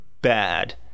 bad